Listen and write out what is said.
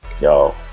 Yo